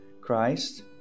Christ